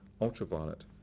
ultraviolet